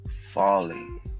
falling